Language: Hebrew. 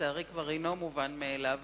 שלצערי כבר אינו מובן מאליו